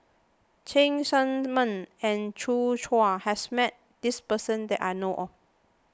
Cheng Tsang Man and Joi Chua has met this person that I know of